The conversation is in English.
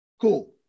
Cool